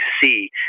see